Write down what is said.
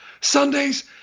Sundays